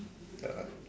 ya